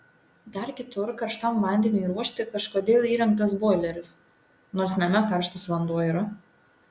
dar kitur karštam vandeniui ruošti kažkodėl įrengtas boileris nors name karštas vanduo yra